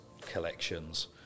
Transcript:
collections